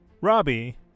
Robbie